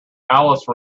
alice